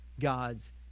God's